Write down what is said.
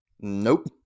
Nope